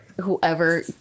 whoever